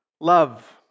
Love